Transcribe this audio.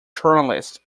journalist